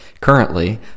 Currently